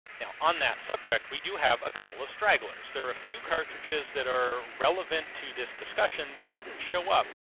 now on that subject, we do have a couple of stragglers. there are a few cartridges that are relevant to this discussion that didn't show up